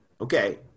Okay